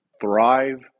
thrive